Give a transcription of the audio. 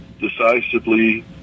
decisively